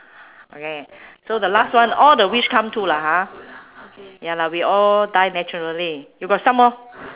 okay so the last one all the wish come true lah ha ya lah we all die naturally you got some more